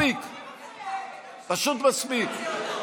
מספיק כבר.